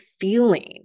feeling